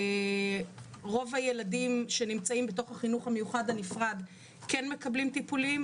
רוב הילדים שנמצאים בתוך החינוך המיוחד הנפרד כן מקבלים טיפולים,